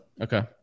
Okay